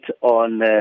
on